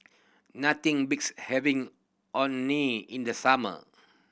nothing beats having Orh Nee in the summer